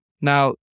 Now